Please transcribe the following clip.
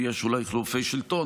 יש אולי חילופי שלטון,